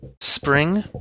spring